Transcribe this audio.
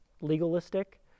legalistic